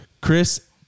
chris